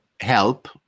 help